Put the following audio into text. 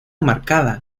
marcada